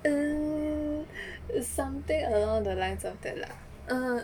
um is something along the lines of that lah